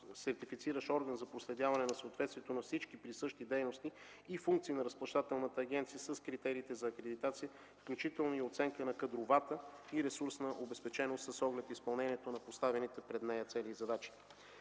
сертифициращ орган за проследяване на съответствието на всички присъщи дейности и функции на Разплащателната агенция с критериите за акредитация, включително и оценка на кадровата и ресурсна обезпеченост с оглед изпълнението на поставените пред нея цели и задачи.